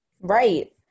Right